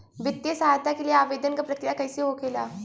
वित्तीय सहायता के लिए आवेदन क प्रक्रिया कैसे होखेला?